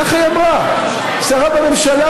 ככה היא אמרה, שרה בממשלה.